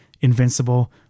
Invincible